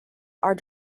are